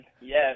yes